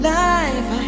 life